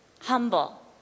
humble